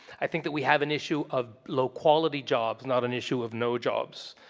i think that we have an issue of low quality jobs, not an issue of no jobs.